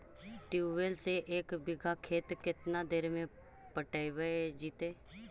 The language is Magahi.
ट्यूबवेल से एक बिघा खेत केतना देर में पटैबए जितै?